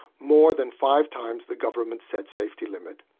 more than five times the government-set safety limit.